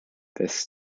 this